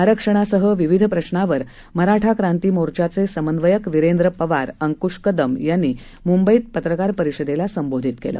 आरक्षणासह विविध प्रश्नावर मराठा क्रांती मोर्चाचे समन्वयक विरेंद्र पवार अंकुश कदम आदींनी मुंबईत पत्रकार परिषदेला संबोधित केलं